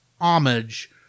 homage